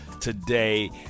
today